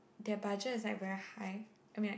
their budget is like very high I mean like